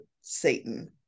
satan